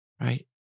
Right